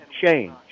change